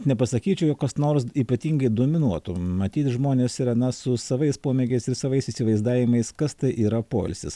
nepasakyčiau jog kas nors ypatingai dominuotų matyt žmonės ir na su savais pomėgiais ir savais įsivaizdavimais kas tai yra poilsis